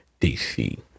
DC